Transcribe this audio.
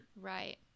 Right